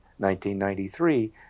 1993